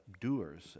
doers